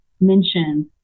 mentioned